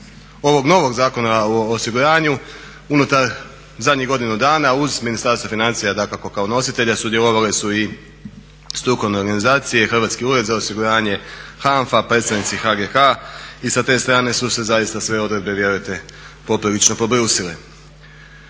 ovog novog Zakona o osiguranju unutar zadnjih godinu dana uz Ministarstvo financija dakako kao nositelja sudjelovale su i strukovne organizacije, Hrvatski ured za osiguranje, HANFA, predstavnici HGK-a i sa te strane su se zaista sve odredbe vjerujte poprilično pobrusile.